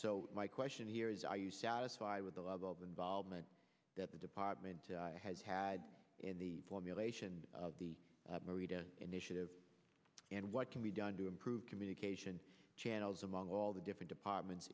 so my question here is are you satisfied with the level of involvement that the department has had in the formulation of the merida initiative and what can be done to improve communication channels among all the different departments